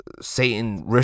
Satan